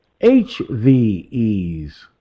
HVEs